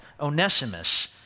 Onesimus